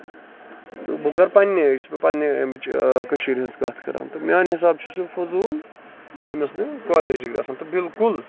تہٕ بہٕ کرٕ پَنٕنۍ ییٚتِچ پَنٕنہِ ییٚمِچ کٔشیٖرِ ہنز کَتھ کران میانہِ حِسابہٕ چھُ سُہ فضوٗل ییٚمِس نہٕ کالیج ڈگری آسن تہٕ بِلکُل